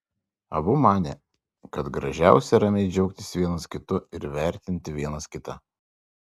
abu manė kad gražiausia ramiai džiaugtis vienas kitu ir vertinti vienas kitą